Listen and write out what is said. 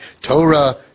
Torah